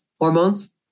hormones